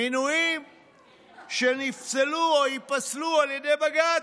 מינויים שנפסלו או ייפסלו על ידי בג"ץ.